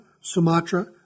Sumatra